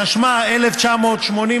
התשמ"ה 1985,